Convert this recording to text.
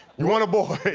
you want a boy!